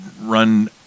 run